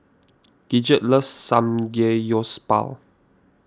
Gidget loves Samgeyopsal